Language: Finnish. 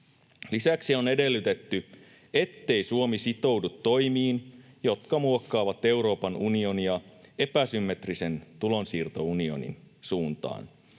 Lisäksi on edellytetty, ettei Suomi sitoudu toimiin, jotka muokkaavat Euroopan unionia epäsymmetrisen tulonsiirtounionin suuntaan.